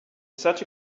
such